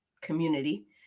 community